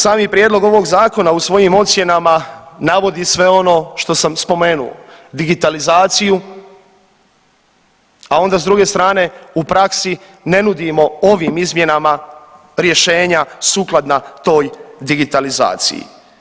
Sami prijedlog ovog zakona u svojim ocjenama navodi sve ono što sam spomenuo digitalizaciju, a onda s druge strane u praksi ne nudimo ovim izmjenama rješenja sukladna toj digitalizaciji.